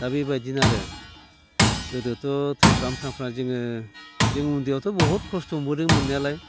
दा बेबायदिनो आरो गोदोथ' थैफ्राम थामफ्राम जोङो जों उन्दैयावथ' बहुत खस्थ' मोनबोदों मोननायालाय